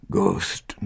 Ghost